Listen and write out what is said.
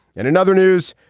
and in other news,